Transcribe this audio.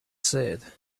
said